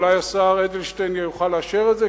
אולי השר אדלשטיין יוכל לאשר את זה,